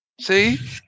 See